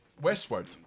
Westward